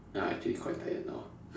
uh actually quite tired now ah